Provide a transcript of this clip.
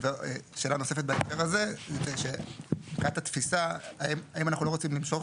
זאת אומרת היום המצב הוא